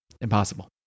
impossible